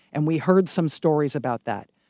and we heard some stories about that.